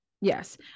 Yes